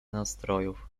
nastrojów